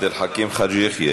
חבר הכנסת עבד אל חכים חאג' יחיא,